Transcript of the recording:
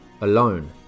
Alone